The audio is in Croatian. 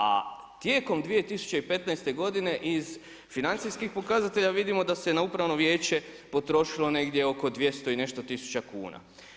A tijekom 2015. godine iz financijskih pokazatelja vidimo da se na Upravno vijeće potrošilo negdje oko 200 i nešto tisuća kuna.